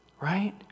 Right